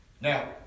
Now